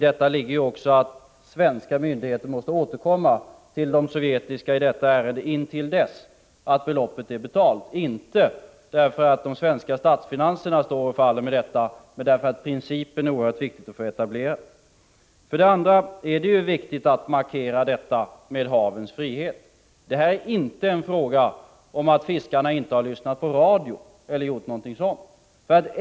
Det innebär alltså att de svenska myndigheterna måste återkomma till de sovjetiska myndigheterna i detta ärende. Det får man göra ända till dess att beloppet är betalt — inte därför att de svenska statsfinanserna står och faller i och med detta utan därför att det är oerhört viktigt att etablera en princip. För det andra är det viktigt att markera detta med havens frihet. Det här är inte en fråga om huruvida fiskarna har lyssnat på radion eller inte.